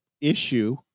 issue